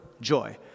joy